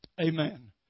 Amen